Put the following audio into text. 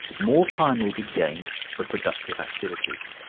more time will be gained for productive activities.